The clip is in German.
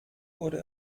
wurde